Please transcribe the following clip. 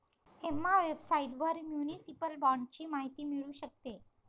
Emma वेबसाइटवर municipal बाँडची माहिती मिळू शकते